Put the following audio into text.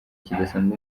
kidasanzwe